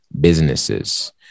businesses